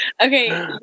Okay